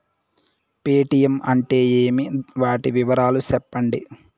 Paytm అంటే ఏమి, వాటి వివరాలు సెప్పండి?